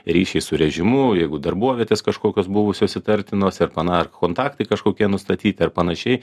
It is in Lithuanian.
ryšiai su režimu jeigu darbovietės kažkokios buvusios įtartinos ir pana ar kontaktai kažkokie nustatyti ar panašiai